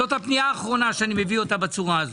זאת הפנייה האחרונה שאני מביא אותה בצורה הזאת.